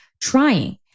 trying